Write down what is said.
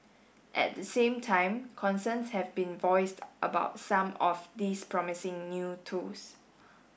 at the same time concerns have been voiced about some of these promising new tools